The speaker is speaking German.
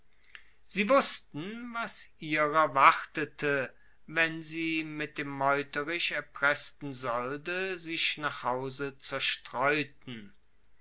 sie wussten was ihrer wartete wenn sie mit dem meuterisch erpressten solde sich nach hause zerstreuten